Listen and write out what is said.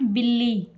ਬਿੱਲੀ